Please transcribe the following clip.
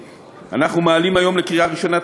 אנחנו מעלים היום לקריאה ראשונה את